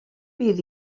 bydd